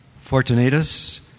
Fortunatus